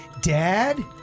Dad